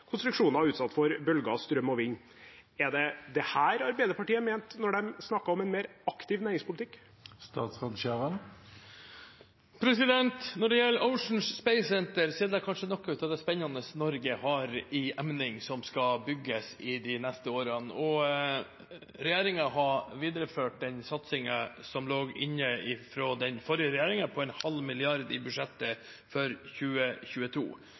konstruksjoner utsatt for bølger, strøm og vind. Er det dette Arbeiderpartiet mente da de snakket om en mer aktiv næringspolitikk? Når det gjelder Ocean Space Centre, er det kanskje noe av det mest spennende Norge har i emning som skal bygges de neste årene. Regjeringen har videreført satsingen som lå inne fra den forrige regjeringen, på en halv milliard kroner i budsjettet for 2022.